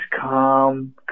calm